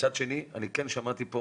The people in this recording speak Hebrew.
מצד שני, אני כן שמעתי פה